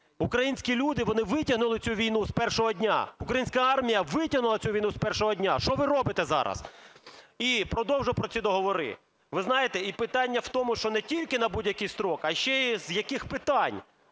українські люди, вони витягнули цю війну з першого дня, українська армія витягнула цю війну з першого дня. Що ви робите зараз? І продовжу про ці договори. Ви знаєте, і питання в тому, що не тільки на будь-який строк, а ще й з яких питань.